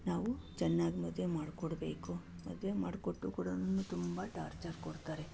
ನಾವು ಚೆನ್ನಾಗಿ ಮದುವೆ ಮಾಡಿಕೊಡ್ಬೇಕು ಮದುವೆ ಮಾಡಿಕೊಟ್ರು ಕೂಡನೂ ತುಂಬ ಟಾರ್ಚರ್ ಕೊಡ್ತಾರೆ